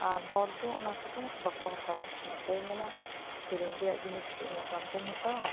ᱟᱨ ᱦᱚᱲ ᱫᱚ ᱚᱱᱟ ᱠᱚᱫᱚ ᱵᱟᱠᱚ ᱦᱟᱛᱟᱣᱟ ᱦᱚᱲ ᱫᱚᱭ ᱢᱮᱱᱟ ᱥᱤᱨᱚᱢ ᱨᱮᱭᱟᱜ ᱡᱤᱱᱤᱥ ᱠᱤ ᱩᱱᱟᱹᱜ ᱫᱟᱢ ᱛᱤᱧ ᱦᱟᱛᱟᱣᱟ